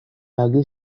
lagi